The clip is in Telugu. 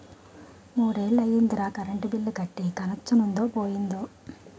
మూడ్నెల్లయ్యిందిరా కరెంటు బిల్లు కట్టీ కనెచ్చనుందో పోయిందో